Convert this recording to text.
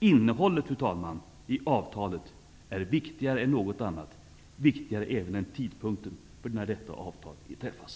Innehållet, fru talman, i avtalet är viktigare än något annat, t.o.m. viktigare än tidpunkten för när detta avtal träffas.